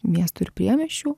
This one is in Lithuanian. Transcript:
miestų ir priemiesčių